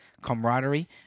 camaraderie